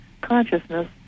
consciousness